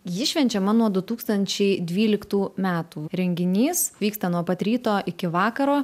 ji švenčiama nuo du tūkstančiai dvyliktų metų renginys vyksta nuo pat ryto iki vakaro